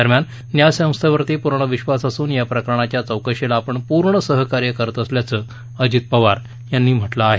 दरम्यान न्यायसंस्थेवर पूर्ण विक्वास असून या प्रकरणाच्या चौकशीला आपण पूर्ण सहकार्य करत असल्याचं अजित पवार यांनी म्हटलं आहे